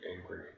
angry